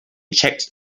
checked